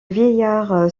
vieillard